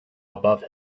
above